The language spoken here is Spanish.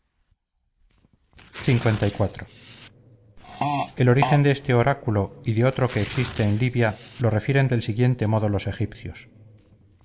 de dodona liv el origen de este oráculo y de otro que existe en libia lo refieren del siguiente modo los egipcios